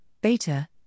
beta